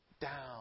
down